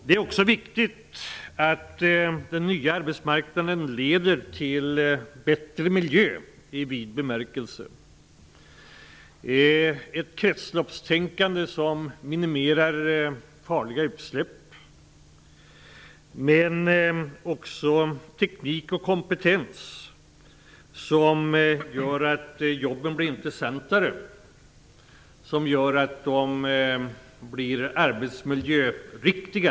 Det är också viktigt att den nya arbetsmarknaden främjar en bättre miljö i vid bemärkelse. Det gäller ett kretslopp som minimerar farliga utsläpp men också teknik och kompetens som medför att jobben blir intressantare och arbetsmiljöriktiga.